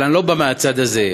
אבל אני לא בא מהצד הזה.